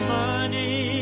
money